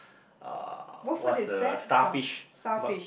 uh what's the starfish